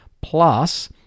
plus